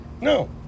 No